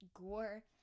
gore